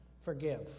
Forgive